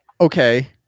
okay